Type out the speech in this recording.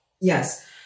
yes